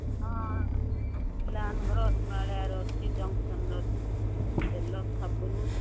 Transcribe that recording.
ହଁ ପିଲାମାନଙ୍କର ହିମାଳୟର ଅଛି ଜନ୍ସନ୍ର ଅଛି ତେଲ ସାବୁନ